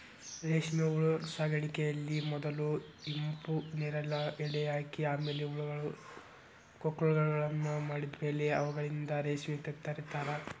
ರೇಷ್ಮೆಹುಳು ಸಾಕಾಣಿಕೆಯಲ್ಲಿ ಮೊದಲು ಹಿಪ್ಪುನೇರಲ ಎಲೆ ಹಾಕಿ ಆಮೇಲೆ ಹುಳಗಳು ಕೋಕುನ್ಗಳನ್ನ ಮಾಡಿದ್ಮೇಲೆ ಅವುಗಳಿಂದ ರೇಷ್ಮೆ ತಗಿತಾರ